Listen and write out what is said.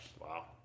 Wow